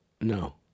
No